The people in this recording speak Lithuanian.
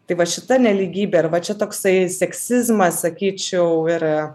tai va šita nelygybė ir va čia toksai seksizmas sakyčiau ir